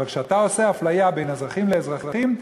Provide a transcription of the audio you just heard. אבל כשאתה עושה אפליה בין אזרחים לאזרחים,